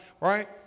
right